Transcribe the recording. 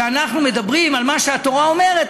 כשאנחנו מדברים על מה שהתורה אומרת,